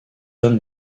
john